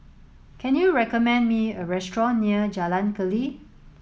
can you recommend me a restaurant near Jalan Keli